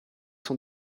son